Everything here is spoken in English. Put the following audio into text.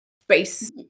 space